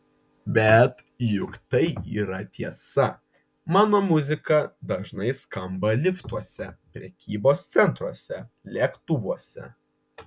bet juk tai yra tiesa mano muzika dažnai skamba liftuose prekybos centruose lėktuvuose